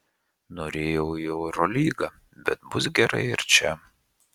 norėjau į eurolygą bet bus gerai ir čia